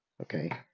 okay